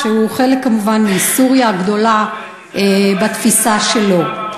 שהוא כמובן חלק מסוריה הגדולה בתפיסה שלו.